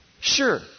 Sure